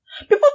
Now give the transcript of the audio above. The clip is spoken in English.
people